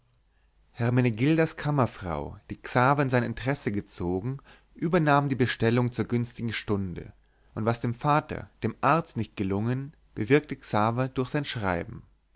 hermenegildas kammerfrau die xaver in sein interesse gezogen übernahm die bestellung zur günstigen stunde und was dem vater dem arzt nicht gelungen bewirkte xaver durch sein schreiben